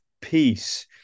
peace